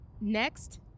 Next